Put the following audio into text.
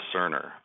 Cerner